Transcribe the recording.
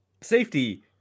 safety